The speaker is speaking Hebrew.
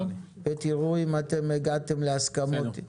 תראו אם הגעתם להסכמות.